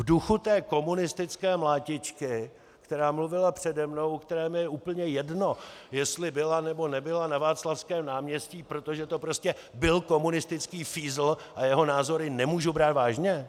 V duchu té komunistické mlátičky, která mluvila přede mnou, u které mi je úplně jedno, jestli byla, nebo nebyla na Václavském náměstí, protože to prostě byl komunistický fízl a jeho názory nemůžu brát vážně?